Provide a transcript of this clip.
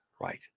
right